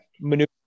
maneuver